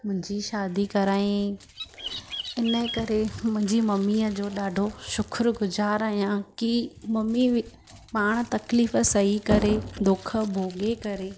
मुंहिंजी शादी कराईं इन जे करे मुंहिंजी ममीअ जो ॾाढो शुक्रगुज़ारु आहियां कि ममी बि पाण तक़लीफ़ सही करे दुख भोगे करे